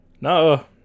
No